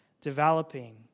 developing